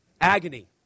Agony